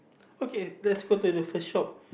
okay let's go to the first shop